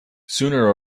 sooner